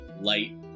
light